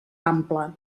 ample